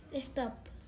stop